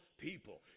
people